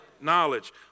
Knowledge